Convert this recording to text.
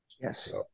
yes